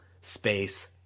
space